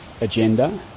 agenda